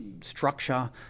structure